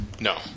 No